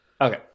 Okay